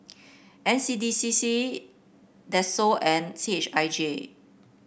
N C D C C DSO and C H I J